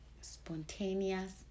Spontaneous